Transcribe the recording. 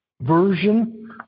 version